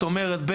הוא